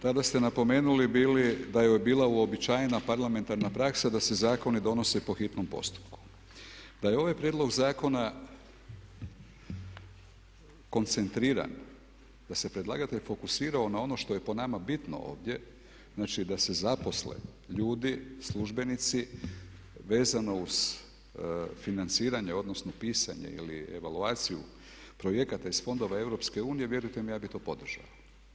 Tada ste napomenuli bili da je bila uobičajena parlamentarna praksa da se zakoni donese po hitnom postupku, da je ovaj prijedloga zakona koncentriran, da se predlagatelj fokusirao na ono što je po nama bitno ovdje, znači da se zaposle ljudi, službenici vezano uz financiranje odnosno pisanje ili evaluaciju projekata iz Fondova EU, vjerujte ja bih to podržao.